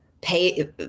pay